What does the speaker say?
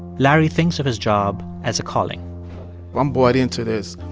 larry thinks of his job as a calling well, i'm born into this.